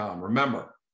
Remember